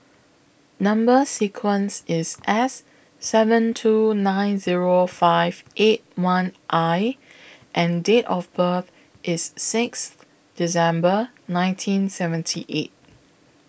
Number sequence IS S seven two nine Zero five eight one I and Date of birth IS six December nineteen seventy eight